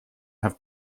have